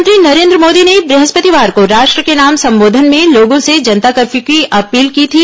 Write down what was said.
प्रधानमंत्री नरेन्द्र मोदी ने बृहस्पतिवार को राष्ट्र के नाम संबोधन में लोगों से जनता कर्फ्यू की अपील की थी